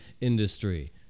industry